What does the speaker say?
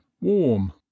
warm